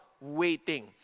waiting